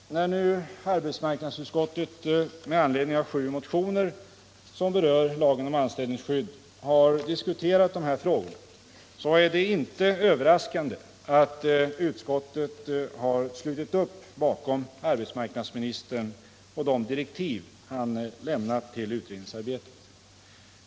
När nu arbetsmarknadsutskottet med anledning av sju motioner som berör lagen om anställningsskydd har diskuterat de här frågorna, är det inte överraskande att utskottet har slutit upp bakom arbetsmarknadsministern och de direktiv han lämnat till utredningsarbetet.